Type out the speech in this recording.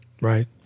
Right